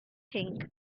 think